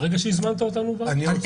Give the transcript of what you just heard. ברגע שהזמנת אותנו באנו.